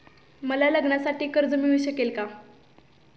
मला लग्नासाठी कर्ज मिळू शकेल का?